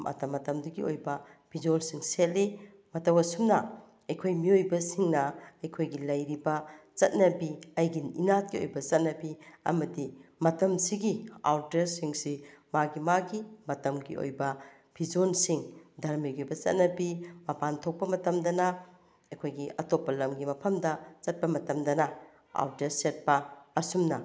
ꯃꯇꯝ ꯃꯇꯝꯗꯨꯒꯤ ꯑꯣꯏꯕ ꯐꯤꯖꯣꯜꯁꯤꯡ ꯁꯦꯠꯂꯤ ꯃꯇꯧ ꯑꯁꯨꯝꯅ ꯑꯩꯈꯣꯏ ꯃꯤꯑꯣꯏꯕꯁꯤꯡꯅ ꯑꯩꯈꯣꯏꯒꯤ ꯂꯩꯔꯤꯕ ꯆꯠꯅꯕꯤ ꯑꯩꯒꯤ ꯏꯅꯥꯠꯀꯤ ꯑꯣꯏꯕ ꯆꯠꯅꯕꯤ ꯑꯃꯗꯤ ꯃꯇꯝꯁꯤꯒꯤ ꯑꯥꯎꯠꯇ꯭ꯔꯁꯤꯡꯁꯤ ꯃꯥꯒꯤ ꯃꯥꯒꯤ ꯃꯇꯝꯒꯤ ꯑꯣꯏꯕ ꯐꯤꯖꯣꯜꯁꯤꯡ ꯙꯔꯃꯒꯤ ꯑꯣꯏꯕ ꯆꯠꯅꯕꯤ ꯃꯄꯥꯟ ꯊꯣꯛꯄ ꯃꯇꯝꯗꯅ ꯑꯩꯈꯣꯏꯒꯤ ꯑꯇꯣꯞꯄ ꯂꯝꯒꯤ ꯃꯐꯝꯗ ꯆꯠꯄ ꯃꯇꯝꯗꯅ ꯑꯥꯎꯠꯇ꯭ꯔ ꯁꯦꯠꯄ ꯑꯁꯨꯝꯅ